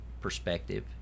Perspective